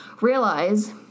realize